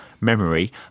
memory